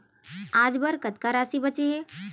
आज बर कतका राशि बचे हे?